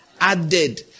added